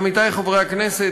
עמיתי חברי הכנסת,